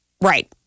Right